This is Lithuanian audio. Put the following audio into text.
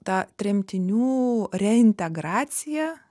ta tremtinių reintegracija